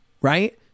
right